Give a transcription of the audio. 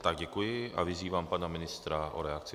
Tak děkuji a vyzývám pana ministra k reakci.